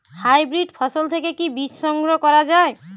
Hybrid ফসল থেকে কি বীজ সংগ্রহ করা য়ায়?